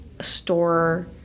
store